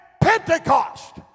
Pentecost